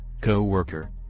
co-worker